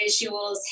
visuals